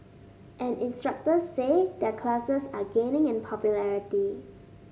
and instructors say their classes are gaining in popularity